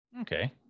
okay